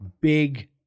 Big